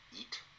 Eat